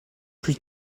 plus